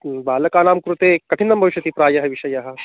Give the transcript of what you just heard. बालकानां कृते कठिनं भविष्यति प्रायः विषयः